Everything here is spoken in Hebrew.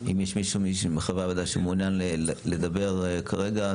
אם יש מישהו מחברי הוועדה שמעוניין לדבר כרגע,